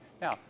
Now